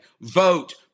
vote